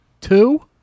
Two